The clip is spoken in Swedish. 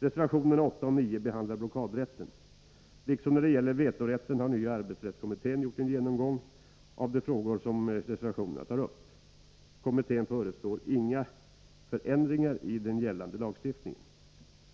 Reservationerna 8 och 9 behandlar blockadrätten. Liksom i fråga om vetorätten har nya arbetsrättskommittén gjort en genomgång av de frågor som tas upp i reservationerna. Kommittén föreslår inga förändringar i den gällande lagstiftningen.